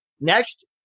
Next